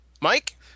Mike